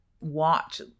watch